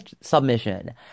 submission